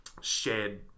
shared